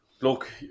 Look